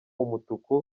umutuku